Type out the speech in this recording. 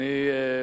אדוני היושב-ראש,